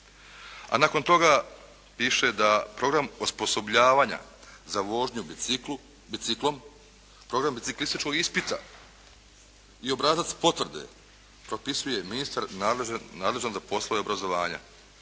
A nakon toga piše da program osposobljavanja za vožnju biciklom, program biciklističkog ispita i obrazac potvrde propisuje ministar nadležan za poslove obrazovanja.